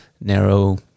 narrow